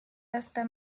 hasta